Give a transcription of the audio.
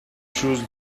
choose